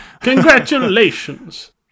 Congratulations